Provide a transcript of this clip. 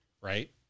Right